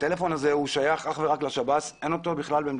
הטלפון הזה שייך אך ורק לשירות בתי הסוהר